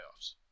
playoffs